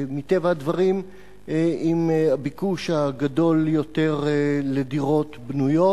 ומטבע הדברים עם הביקוש הגדול יותר לדירות בנויות.